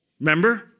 Remember